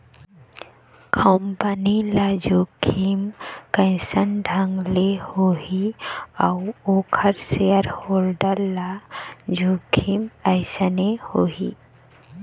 Company ल जोखिम कइसन ढंग ले होही अउ ओखर सेयर होल्डर ल जोखिम कइसने होही?